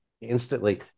instantly